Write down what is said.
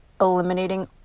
eliminating